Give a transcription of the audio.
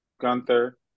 Gunther